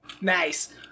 Nice